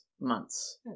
months